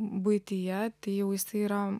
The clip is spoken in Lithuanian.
buityje tai jau jisai yra